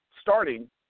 starting